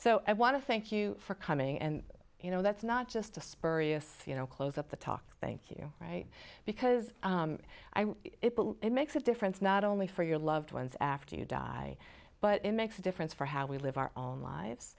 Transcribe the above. so i want to thank you for coming and you know that's not just a spurious you know close up the talk thank you right because it makes a difference not only for your loved ones after you die but it makes a difference for how we live our own lives